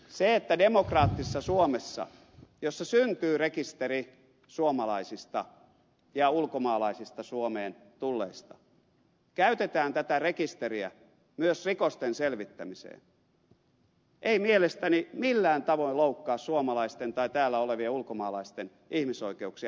se että demokraattisessa suomessa jossa syntyy rekisteri suomalaisista ja ulkomaalaisista suomeen tulleista käytetään tätä rekisteriä myös rikosten selvittämiseen ei mielestäni millään tavoin loukkaa suomalaisten tai täällä olevien ulkomaalaisten ihmisoikeuksia